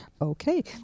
Okay